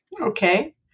Okay